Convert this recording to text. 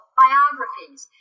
biographies